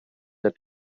the